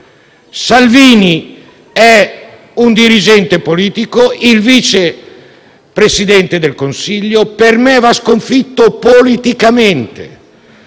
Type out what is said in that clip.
Salvini è un dirigente politico, il Vice Presidente del Consiglio: per me va sconfitto politicamente